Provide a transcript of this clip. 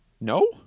No